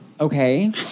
okay